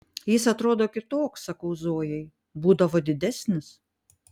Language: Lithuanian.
jis atrodo kitoks sakau zojai būdavo didesnis